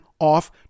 off